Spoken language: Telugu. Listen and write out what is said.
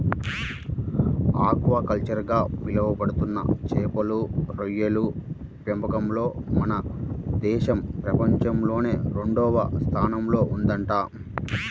ఆక్వాకల్చర్ గా పిలవబడుతున్న చేపలు, రొయ్యల పెంపకంలో మన దేశం ప్రపంచంలోనే రెండవ స్థానంలో ఉందంట